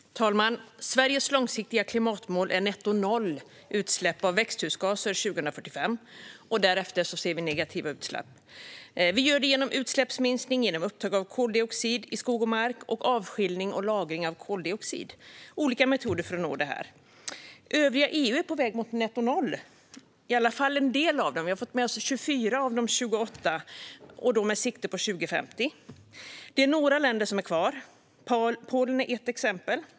Fru talman! Sveriges långsiktiga klimatmål är nettonollutsläpp av växthusgaser år 2045 och därefter negativa utsläpp. Utsläppsminskning, upptag av koldioxid i skog och mark och avskiljning och lagring av koldioxid är olika metoder för att nå detta. Övriga EU är på väg mot netto noll, i alla fall en del av medlemsländerna. Vi har fått med oss 24 av de 28 med sikte på år 2050. Några länder är kvar. Polen är ett exempel.